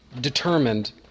determined